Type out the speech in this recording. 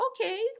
Okay